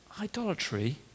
idolatry